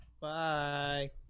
Bye